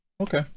okay